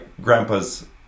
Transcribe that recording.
grandpa's